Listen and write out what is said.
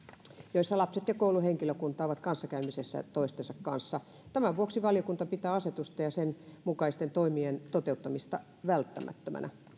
joissa lapset ja kouluhenkilökunta ovat kanssakäymisessä toistensa kanssa tämän vuoksi valiokunta pitää asetusta ja sen mukaisten toimien toteuttamista välttämättömänä